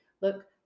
look